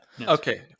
Okay